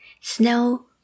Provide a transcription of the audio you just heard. Snow